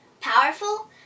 -"Powerful